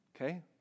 Okay